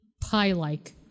pie-like